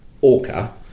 orca